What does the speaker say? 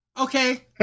okay